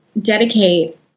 dedicate